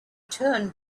turned